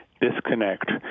disconnect